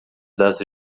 das